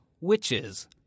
Witches